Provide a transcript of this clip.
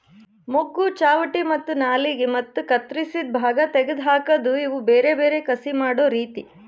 ಮೊಗ್ಗು, ಚಾವಟಿ ಮತ್ತ ನಾಲಿಗೆ ಮತ್ತ ಕತ್ತುರಸಿದ್ ಭಾಗ ತೆಗೆದ್ ಹಾಕದ್ ಇವು ಬೇರೆ ಬೇರೆ ಕಸಿ ಮಾಡೋ ರೀತಿ